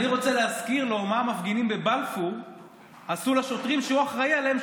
אני רוצה להזכיר לו מה המפגינים בבלפור עשו לשוטרים שהוא אחראי להם,